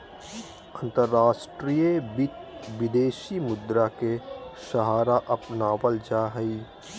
अंतर्राष्ट्रीय वित्त, विदेशी मुद्रा के सहारा अपनावल जा हई